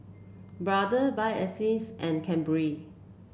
Brother Bio Essence and Cadbury